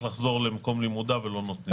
לחזור למקום לימודיו ולא נותנים לו.